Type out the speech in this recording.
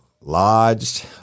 lodged